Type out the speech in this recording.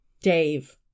Dave